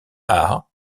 art